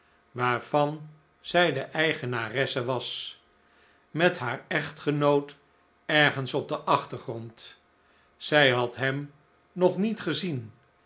waarvan zij de eigenaresse was met haar echtgenoot erg ens op den achtergrond zij had hem nog niet gezien